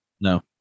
No